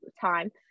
time